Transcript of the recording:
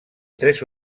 tres